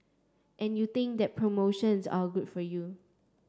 and you think that promotions are good for you